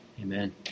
Amen